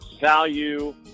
value